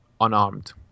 unarmed